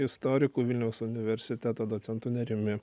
istoriku vilniaus universiteto docentu nerijumi